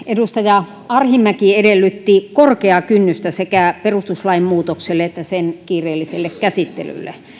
edustaja arhinmäki edellytti korkeaa kynnystä sekä perustuslain muutokselle että sen kiireelliselle käsittelylle